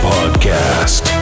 Podcast